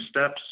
steps